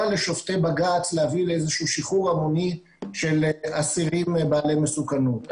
לשופטי בג"צ להביא לאיזה שהוא שחרור המוני של אסירים בעלי מסוכנות.